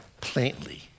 plainly